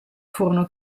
furono